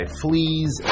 fleas